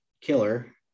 killer